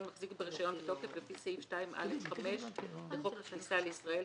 מחזיק ברישיון בתוקף לפי סעיף 2(א)(5) לחוק הכניסה לישראל,